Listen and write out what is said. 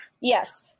Yes